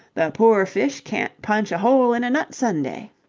the poor fish can't punch a hole in a nut-sundae.